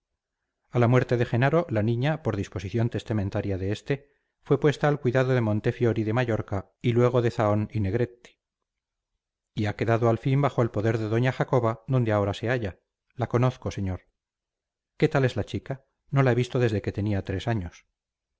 a la muerte de jenaro la niña por disposición testamentaria de este fue puesta al cuidado del montefiori de mallorca y luego de zahón y negretti y ha quedado al fin bajo el poder de doña jacoba donde ahora se halla la conozco señor qué tal es la chica no la he visto desde que tenía tres años